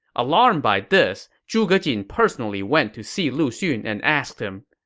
alarmed by this, zhuge jin personally went to see lu xun and asked him,